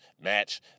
match